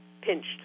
pinched